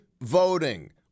voting